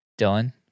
Dylan